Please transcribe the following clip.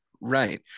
right